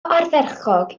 ardderchog